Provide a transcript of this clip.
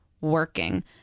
working